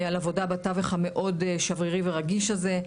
על עבודה בתווך המאוד שברירי ורגיש הזה,